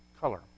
color